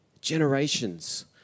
Generations